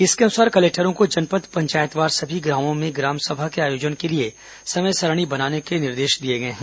इसके अनुसार कलेक्टरों को जनपद पंचायतवार सभी गांवों में ग्रामसभा के आयोजन के लिए समय सारिणी बनाने के निर्देश दिए गए हैं